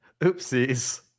oopsies